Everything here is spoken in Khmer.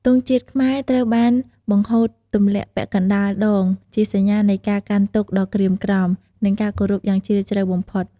ទង់ជាតិខ្មែរត្រូវបានបង្ហូតទម្លាក់ពាក់កណ្ដាលដង ជាសញ្ញានៃការកាន់ទុក្ខដ៏ក្រៀមក្រំ និងការគោរពយ៉ាងជ្រាលជ្រៅបំផុត។